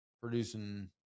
producing